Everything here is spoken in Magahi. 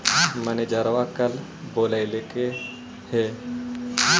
मैनेजरवा कल बोलैलके है?